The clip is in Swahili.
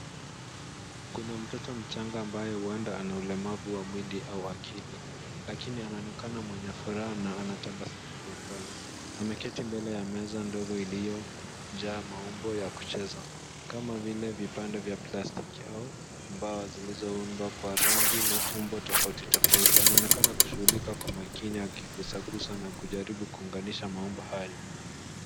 Kuna mtoto mchanga ambaye huenda ana ulemavu wa mwili au akili, lakini anaonekana mwenye furaha na tabasamu kwa upole. Ameketi mbele ya meza ndogo iliyojaa maumbo ya kucheza, kama vile vipande vya plastiki au mbao zilizoundwa kwa rangi na umbo tofauti tofauti na anaonekana kushughulika kwa makini akiguzaguza na kujaribu kuunganisha maumbo hayo.